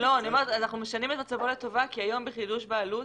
שאנחנו משנים את מצבו לטובה כי היום בחידוש בעלות,